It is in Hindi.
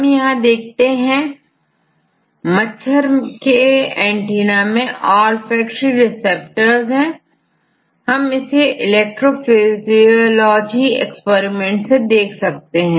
हम यहां देखते हैं मच्छर के एंटीना में ऑल फैक्ट्री रिसेप्टर है हम इसे इलेक्ट्रोफिजियोलॉजी एक्सपेरिमेंट से देख सकते हैं